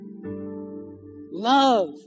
Love